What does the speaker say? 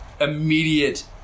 immediate